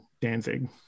Danzig